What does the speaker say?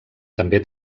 també